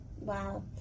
Wow